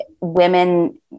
women